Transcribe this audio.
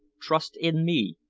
trust in me,